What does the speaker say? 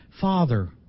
Father